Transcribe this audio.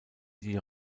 die